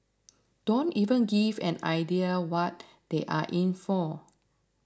don't even give an idea what they are in for